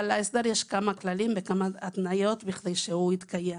אבל להסדר יש כמה כללים וכמה התניות כדי שיתקיים.